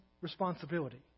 responsibility